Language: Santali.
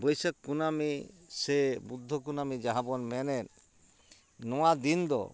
ᱵᱟᱹᱭᱥᱟᱹᱠᱷ ᱠᱩᱱᱟᱹᱢᱤ ᱥᱮ ᱵᱩᱫᱽᱫᱷᱚ ᱠᱩᱱᱟᱹᱢᱤ ᱡᱟᱦᱟᱸ ᱵᱚᱱ ᱢᱮᱱᱮᱫ ᱱᱚᱣᱟ ᱫᱤᱱ ᱫᱚ